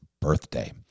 birthday